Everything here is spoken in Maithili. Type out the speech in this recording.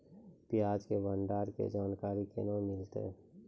प्याज के भंडारण के जानकारी केना मिलतै?